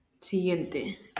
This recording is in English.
Siguiente